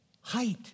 Height